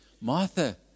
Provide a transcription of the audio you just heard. Martha